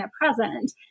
present